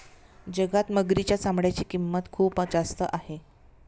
जगात मगरीच्या चामड्याची किंमत खूप जास्त आहे